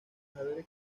haber